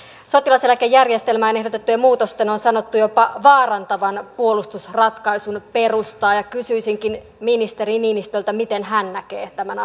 sotilaseläkejärjestelmään ehdotettujen muutosten on sanottu jopa vaarantavan puolustusratkaisun perustaa kysyisinkin ministeri niinistöltä miten hän näkee tämän